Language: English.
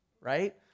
right